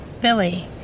Billy